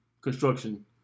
construction